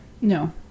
No